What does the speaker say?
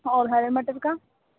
और हरे मटर का